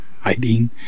hiding